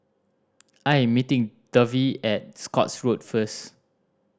I am meeting Dovie at Scotts Road first